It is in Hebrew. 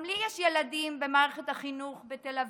גם לי יש ילדים במערכת החינוך בתל אביב,